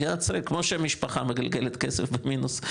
ככה מדינת ישראל, כמו שמשפחה מגלגלת כסף עם מינוס,